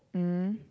mm